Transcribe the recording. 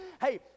Hey